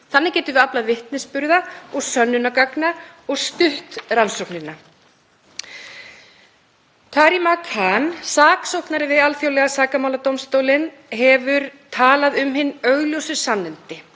Þannig getum við aflað vitnisburða og sönnunargagna og stutt rannsóknina. Karim A.A. Khan, saksóknari við Alþjóðlega sakamáladómstólinn, hefur talað um hin augljósu sannindi